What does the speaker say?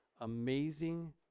amazing